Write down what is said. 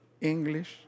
English